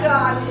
God